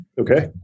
okay